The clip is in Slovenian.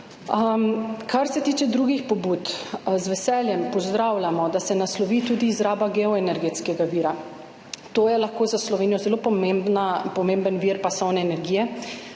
Kar se tiče drugih pobud. Z veseljem pozdravljamo, da se naslovi tudi izraba geoenergetskega vira. To je lahko za Slovenijo zelo pomemben vir pasovne energije,